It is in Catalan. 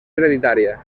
hereditària